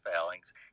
failings